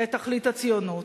את תכלית הציונות.